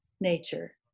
nature